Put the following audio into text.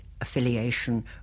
affiliation